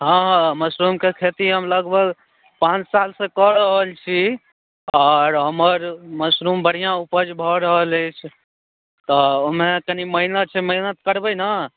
हॅं हॅं मशरूमक खेती हम लगभग पाँच सालसँ कऽ रहल छी आ हमर मशरूम बढ़िऑं उपज भऽ रहल अछि तँ ओहिमे कनी मेहनत छै मेहनत करबै ने